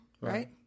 right